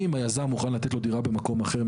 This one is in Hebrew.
אם היזם מוכן לתת לו דירה במקום אחר,